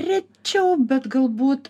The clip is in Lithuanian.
rečiau bet galbūt